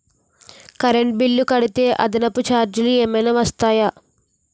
Current bill కడితే అదనపు ఛార్జీలు ఏమైనా వర్తిస్తాయా?